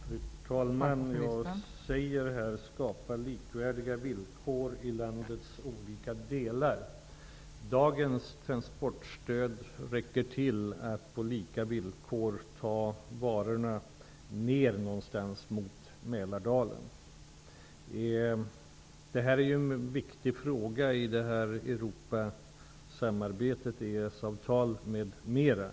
Fru talman! Jag säger i mitt svar: ''...skapa likvärdiga villkor i landets olika delar.'' Dagens transportstöd räcker för att på lika villkor transportera varorna ungefär ned till området i Konkurrensneutralitet är en viktig fråga i Europasamarbetet, EES-avtalet, m.m.